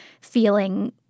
feeling